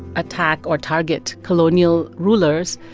attack or target colonial rulers,